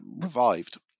revived